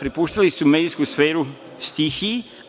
prepuštali su medijsku sferu stihiji,